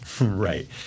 right